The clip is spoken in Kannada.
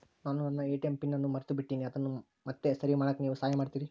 ನಾನು ನನ್ನ ಎ.ಟಿ.ಎಂ ಪಿನ್ ಅನ್ನು ಮರೆತುಬಿಟ್ಟೇನಿ ಅದನ್ನು ಮತ್ತೆ ಸರಿ ಮಾಡಾಕ ನೇವು ಸಹಾಯ ಮಾಡ್ತಿರಾ?